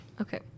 Okay